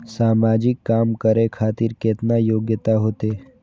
समाजिक काम करें खातिर केतना योग्यता होते?